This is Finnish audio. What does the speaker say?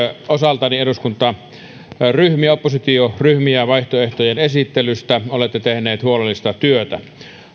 osaltani eduskuntaryhmiä oppositioryhmiä vaihtoehtojen esittelystä olette tehneet huolellista työtä